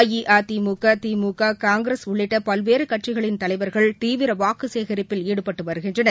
அஇஅதிமுக திமுக காங்கிரஸ் உள்ளிட்ட பல்வேறு கட்சிகளின் தலைவர்கள் தீவிர வாக்கு சேகரிப்பில் ஈடுபட்டு வருகின்றனர்